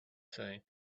said